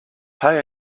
pay